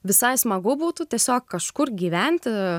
visai smagu būtų tiesiog kažkur gyventi